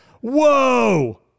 Whoa